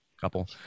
couple